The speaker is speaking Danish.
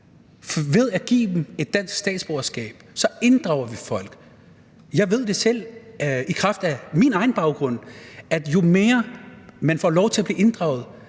Ved at give dem et dansk statsborgerskab, inddrager vi folk. Jeg ved det selv i kraft af min egen baggrund. Jo mere man får lov til at blive inddraget,